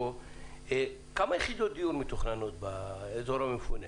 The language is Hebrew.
כמה יחידות דיור מתוכננות באזור המפונה?